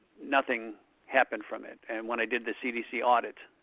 nothing happened from it. and when i did the cdc audit,